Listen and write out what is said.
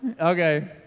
Okay